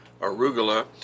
arugula